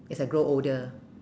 as I grow older